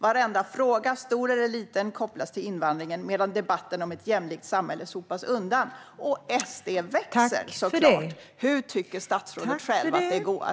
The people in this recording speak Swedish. Varenda fråga, stor eller liten, kopplas till invandringen, medan debatten om ett jämlikt samhälle sopas undan. Och SD växer såklart. Hur tycker statsrådet själv att det går?